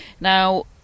Now